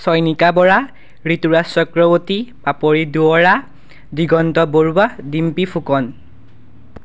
Chayanika Bora Rituraj Chakraborty Papori Duwarah Diganta Baruah Dimpy Phukan